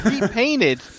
repainted